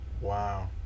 Wow